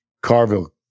Carville